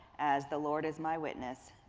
as the lord is my witness,